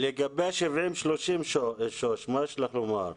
לגבי ה-70-30 שוש, מה יש לך לומר?